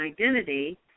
identity